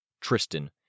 Tristan